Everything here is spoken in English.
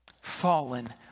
Fallen